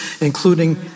including